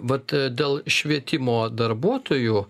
vat dėl švietimo darbuotojų